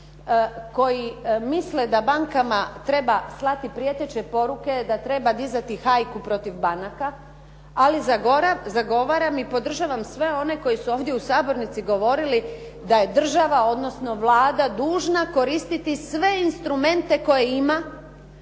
koji misle da bankama treba slati prijeteće poruke, da treba dizati hajku protiv banaka, ali zagovaram i podržavam sve one koji su ovdje u sabornici govorili da je država, odnosno Vlada dužna koristiti sve instrumente koje ima